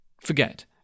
forget